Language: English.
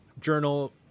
journal